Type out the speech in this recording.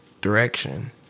direction